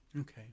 Okay